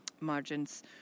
margins